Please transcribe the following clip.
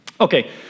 Okay